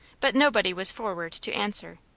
but nobody was forward to answer.